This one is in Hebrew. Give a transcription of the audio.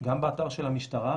גם באתר של המשטרה,